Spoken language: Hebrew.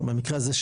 במקרה הזה,